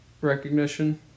recognition